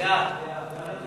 להעביר את